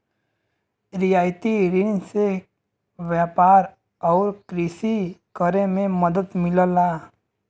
रियायती रिन से व्यापार आउर कृषि करे में मदद मिलला